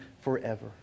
forever